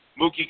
Mookie